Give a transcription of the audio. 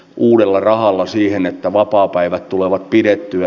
uudella rahalla siihen että vapaapäivät tulevat tiettyä